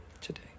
today